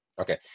Okay